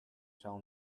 shall